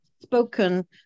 spoken